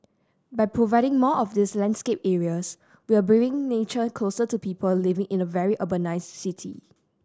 by providing more of these landscape areas we're bringing nature closer to people living in a very urbanised city